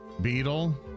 Beetle